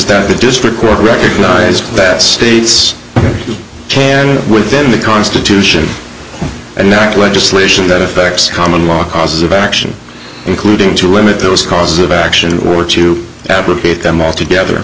that a district court recognized that states within the constitution and not legislation that affects common law causes of action including to limit those causes of action or to abrogate them all together